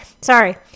sorry